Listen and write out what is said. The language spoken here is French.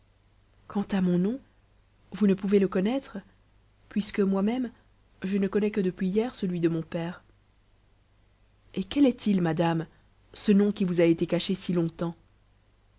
quant à mon nom vous ne pouvez le connaître puisque moi-même je ne connais que depuis hier celui de mon père et quel est-il madame ce nom qui vous a été caché si longtemps